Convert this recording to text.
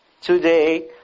today